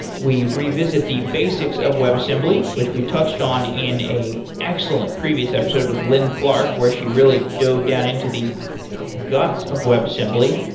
we revisit the basics of webassembly, which we touched on in an excellent previous episode with lin clark, where she really dove down into the guts of webassembly.